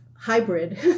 hybrid